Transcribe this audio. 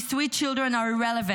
these sweet children are irrelevant,